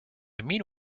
mean